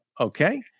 okay